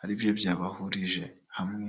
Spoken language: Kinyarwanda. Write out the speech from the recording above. ari byo byabahurije hamwe.